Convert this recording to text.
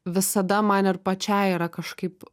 visada man ir pačiai yra kažkaip